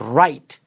right